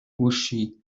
uschi